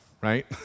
right